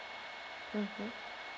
mmhmm